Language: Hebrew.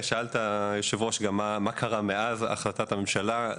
היושב-ראש, שאלת מה קרה מאז החלטת הממשלה.